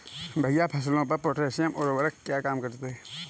भैया फसलों पर पोटैशियम उर्वरक क्या काम करती है?